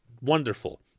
wonderful